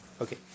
Okay